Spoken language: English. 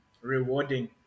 rewarding